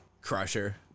Crusher